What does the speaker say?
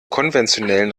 konventionellen